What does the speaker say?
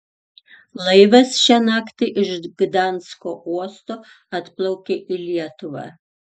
laivas šią naktį iš gdansko uosto atplaukė į lietuvą